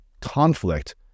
conflict